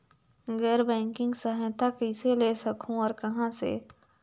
गैर बैंकिंग सहायता कइसे ले सकहुं और कहाँ से?